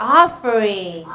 offering